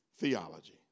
theology